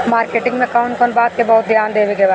Marketing मे कौन कौन बात के बहुत ध्यान देवे के बा?